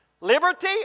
Liberty